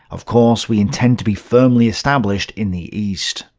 of course, we intend to be firmly established in the east.